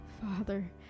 Father